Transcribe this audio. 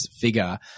figure